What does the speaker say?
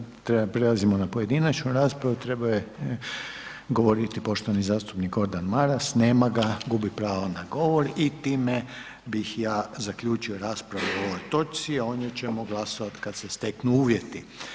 Sada prelazimo na prelazimo na pojedinačnu raspravu, trebao je govoriti poštovani zastupnik Gordan Maras, nema ga, gubi pravo na govor i time bih ja zaključio raspravu o ovoj točci a o njoj ćemo glasovat kad se steknu uvjeti.